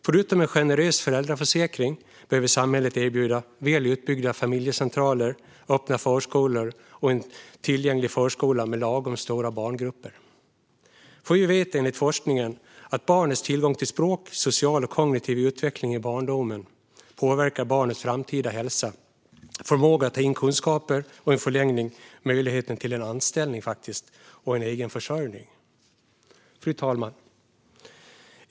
Förutom en generös föräldraförsäkring behöver samhället erbjuda väl utbyggda familjecentraler, öppna förskolor och en tillgänglig förskola med lagom stora barngrupper. Vi vet enligt forskningen att barnets tillgång till språklig, social och kognitiv utveckling i barndomen påverkar barnets framtida hälsa, förmåga att ta in kunskaper och i en förlängning möjligheten till en anställning och egen försörjning. Fru talman!